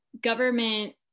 government